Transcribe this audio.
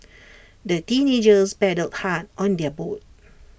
the teenagers paddled hard on their boat